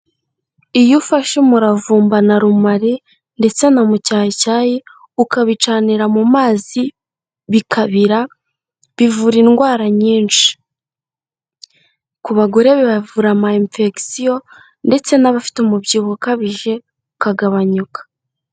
Iyo ufashe umuravumba na rumari ndetse na mucyayicyayi ukabicanira mu mazi bikabira bivura indwara nyinshi, ku bagore bibavura amayimfegisiyo ndetse n'abafite umubyibuho ukabije ukagabanyuka.